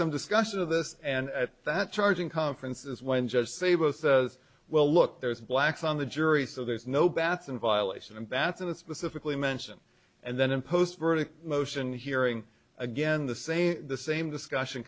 some discussion of this and at that charging conferences when just say both well look there's blacks on the jury so there's no batson violation and that's and specifically mention and then in post verdict motion hearing again the same the same discussion